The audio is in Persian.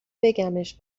بگمش